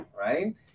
right